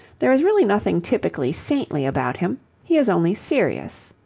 there is really nothing typically saintly about him he is only serious.